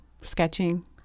sketching